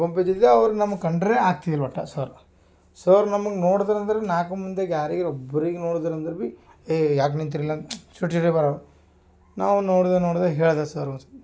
ಆ ಗುಂಪಿದಿದ್ದೋ ಅವ್ರು ನಮ್ಮ ಕಂಡರೆ ಆಗ್ತಿಲ್ಲ ಒಟ್ಟಾ ಸರ್ ಸರ್ ನಮಗೆ ನೋಡ್ತರಂದ್ರೆ ನಾಲ್ಕು ಮಂದಿಗೆ ಯಾರಿಗರೆ ಒಬ್ರಿಗೆ ನೋಡಿದರು ಅಂದರೆ ಬಿ ಏ ಯಾಕೆ ನಿಂತ್ರಿಲ್ಲಿ ಅಂದು ಶುಟ್ಟಟೆ ಬರೋನು ನಾವು ನೋಡ್ದೋ ನೋಡ್ದೋ ಹೇಳಿದೆ ಸರ್ ಒಂದುಸತಿ